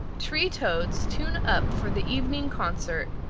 tree toads tune up for the evening concert,